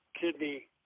kidney